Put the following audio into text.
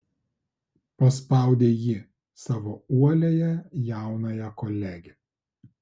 paspaudė ji savo uoliąją jaunąją kolegę